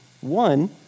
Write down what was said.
One